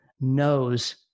knows